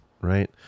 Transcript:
right